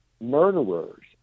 murderers